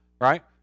right